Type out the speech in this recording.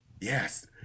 yes –